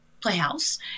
Playhouse